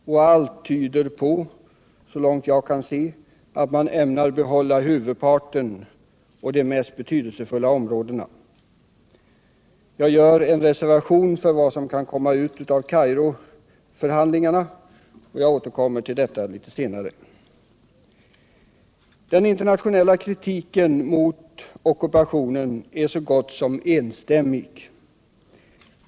Så långt jag kan se tyder allt på att man ämnar behålla huvuddelen och de mest 115 betydelsefulla områdena. Jag gör en reservation för vad som kan komma ut av Kairoförhandlingarna och återkommer till det litet senare. Den internationella kritiken mot ockupationen är så gott som enstämmig.